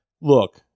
Look